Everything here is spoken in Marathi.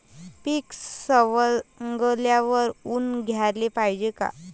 पीक सवंगल्यावर ऊन द्याले पायजे का?